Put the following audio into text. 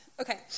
Okay